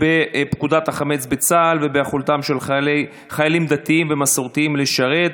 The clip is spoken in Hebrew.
בפקודת החמץ בצה"ל וביכולתם של חיילים דתיים ומסורתיים לשרת,